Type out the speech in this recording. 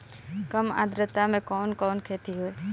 कम आद्रता में कवन कवन खेती होई?